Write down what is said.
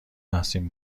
تقسیم